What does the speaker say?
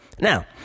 Now